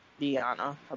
Diana